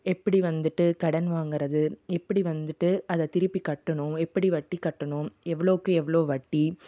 எப்படி வந்துட்டு கடன் வாங்கிறது எப்படி வந்துட்டு அதை திருப்பி கட்டணும் எப்படி வட்டி கட்டணும் எவ்வளோவுக்கு எவ்வளோ வட்டி